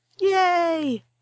Yay